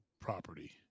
property